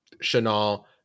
chanel